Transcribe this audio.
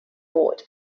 board